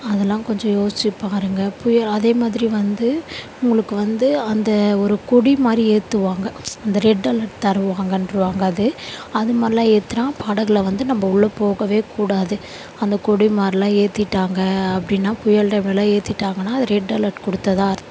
அதெல்லாம் கொஞ்சம் யோசித்து பாருங்க புய அதே மாதிரி வந்து உங்களுக்கு வந்து அந்த ஒரு கொடிமாதிரி ஏற்றுவாங்க அந்த ரெட் அலெர்ட் தருவாங்கங்றுவாங்க அது அதுமாதிரிலாம் ஏற்றினா படகில் வந்து நம்ம உள்ளே போகவே கூடாது அந்த கொடிமாதிரிலாம் ஏற்றிட்டாங்க அப்படின்னா புயல் டைம்லெல்லாம் ஏற்றிட்டாங்கன்னா அது ரெட் அலெர்ட் கொடுத்ததா அர்த்தம்